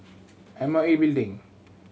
M O E Building